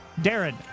Darren